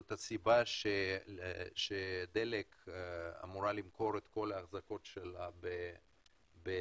זו הסיבה שדלק אמורה למכור את כל האחזקות שלה בתמר.